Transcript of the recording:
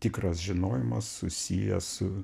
tikras žinojimas susijęs su